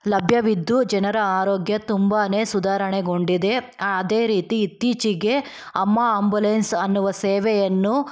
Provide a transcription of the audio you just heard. ಲಭ್ಯವಿದ್ದು ಜನರ ಅರೋಗ್ಯ ತುಂಬನೇ ಸುಧಾರಣೆಗೊಂಡಿದೆ ಅದೇ ರೀತಿ ಇತ್ತೀಚೆಗೆ ಅಮ್ಮ ಆಂಬುಲೆನ್ಸ್ ಅನ್ನುವ ಸೇವೆಯನ್ನು